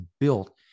built